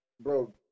Bro